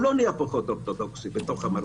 הוא לא נהיה פחות אורתודוכסי אם הוא בתוך המרתף.